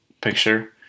picture